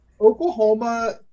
Oklahoma